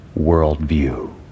worldview